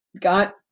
got